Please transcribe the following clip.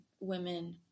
women